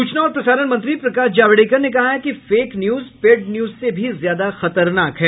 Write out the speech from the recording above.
सूचना और प्रसारण मंत्री प्रकाश जावड़ेकर ने कहा है कि फेक न्यूज पेड न्यूज से भी ज्यादा खतरनाक है